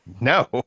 No